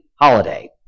holiday